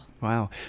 Wow